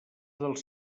dels